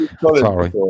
Sorry